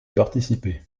participer